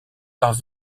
par